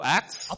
Acts